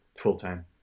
full-time